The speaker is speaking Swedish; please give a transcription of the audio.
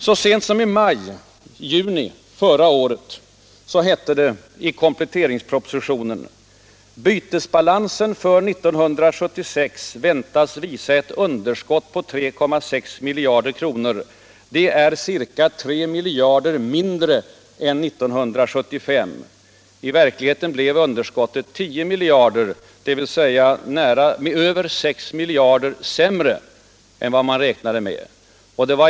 Så sent som i juni förra året hette det i kompletteringspropositionen: ”Bytesbalansen för 1976 väntas visa ett underskott på 3,6 miljarder kr. Det är ca 3 miljarder mindre än 1975.” I verkligheten blev underskottet 10 miljarder, dvs. över 6 miljarder sämre än man räknade med.